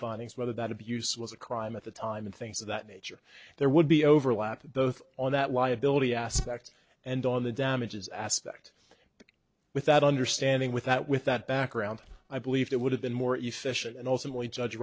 findings whether that abuse was a crime at the time and things of that nature there would be overlap both on that liability aspect and on the damages aspect with that understanding with that with that background i believe that would have been more efficient and also we judge